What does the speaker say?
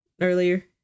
earlier